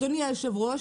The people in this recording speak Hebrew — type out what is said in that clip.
אדוני היושב-ראש,